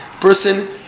Person